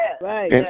right